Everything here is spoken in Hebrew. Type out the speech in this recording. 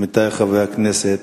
עמיתי חברי הכנסת,